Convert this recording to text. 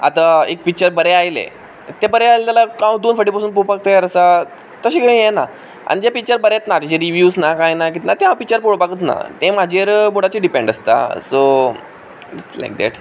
आतां एक पिक्चर बरें आयलें तें बरें आयल जाल्यार हांव दोन फावटी पसून पोवपाक तयार आसा तशें कितें हें ना आनी जें पिक्चर बरेंच ना जेचे रिव्यूज ना कांय ना कीत ना तें हांव पिक्चर पळोवपाकूच ना तें म्हाजे मुडाचेर डिपेंड आसता सो इट्स लायक डेट